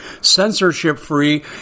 censorship-free